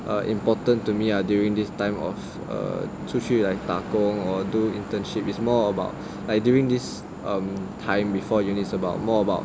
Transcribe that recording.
err important to me ah during this time of err 出去 like 打工 or do internship is more about like during this time before uni is more about